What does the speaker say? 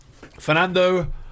Fernando